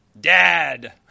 dad